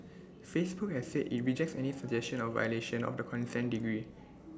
Facebook has said IT rejects any suggestion of violation of the consent decree